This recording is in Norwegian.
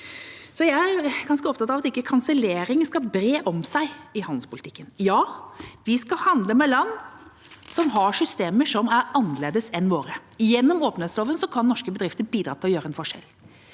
ganske opptatt av at kansellering ikke skal bre om seg i handelspolitikken. Vi skal handle med land som har systemer som er annerledes enn våre. Gjennom åpenhetsloven kan norske bedrifter bidra til å gjøre en forskjell.